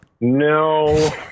No